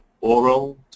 oral